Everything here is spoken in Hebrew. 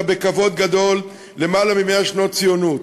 בכבוד גדול למעלה מ-100 שנות ציונות.